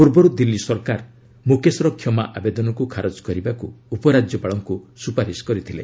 ପୂର୍ବରୁ ଦିଲ୍ଲୀ ସରକାର ମୁକେଶର କ୍ଷମା ଆବଦେନକୁ ଖାରଜ କରିବାକୁ ଉପ ରାଜ୍ୟପାଳଙ୍କୁ ସୁପାରିଶ କରିଥିଲେ